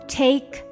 take